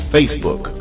Facebook